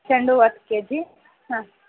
ಚೆಂಡು ಹೂವು ಹತ್ತು ಕೆ ಜಿ ಹಾಂ